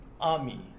army